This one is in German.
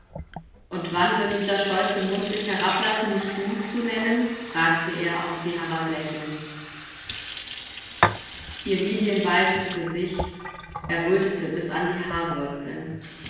und wann wird dieser stolze mund sich herablassen mich du zu nennen fragte er auf sie herablächelnd ihr lilienweißes gesicht errötete bis an die haarwurzeln